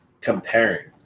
comparing